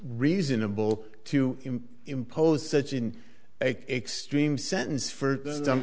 reasonable to impose such in extreme sentence